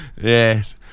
Yes